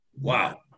Wow